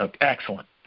Excellent